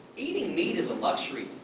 eating meat is a luxury.